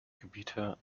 gebiete